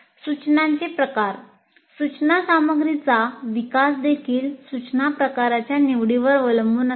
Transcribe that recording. सूचनांचे प्रकार सूचना सामग्रीचा विकास देखील सूचना प्रकारांच्या निवडीवर अवलंबून असते